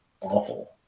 awful